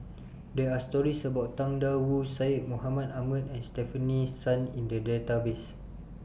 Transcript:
There Are stories about Tang DA Wu Syed Mohamed Ahmed and Stefanie Sun in The Database